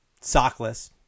sockless